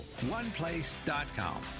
OnePlace.com